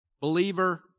believer